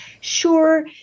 Sure